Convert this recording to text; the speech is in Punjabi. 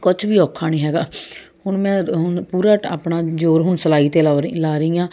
ਕੁਛ ਵੀ ਔਖਾ ਨਹੀ ਹੈਗਾ ਹੁਣ ਮੈਂ ਹੁਣ ਪੂਰਾ ਆਪਣਾ ਜ਼ੋਰ ਹੁਣ ਸਿਲਾਈ 'ਤੇ ਲੋ ਰਹੀ ਲਾ ਰੀ ਹਾਂ